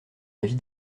avis